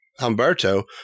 Humberto